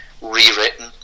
rewritten